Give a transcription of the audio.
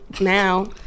Now